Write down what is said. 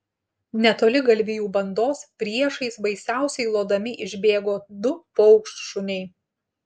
netoli galvijų bandos priešais baisiausiai lodami išbėgo du paukštšuniai